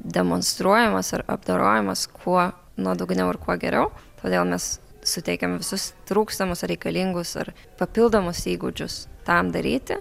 demonstruojamas ar apdorojamas kuo nuodugniau ir kuo geriau todėl mes suteikiam visus trūkstamus ar reikalingus ar papildomus įgūdžius tam daryti